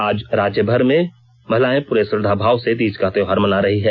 आज राज्य भर में महिलायें पूरे श्रद्धा भाव से तीज का त्योहार मना रही है